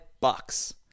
bucks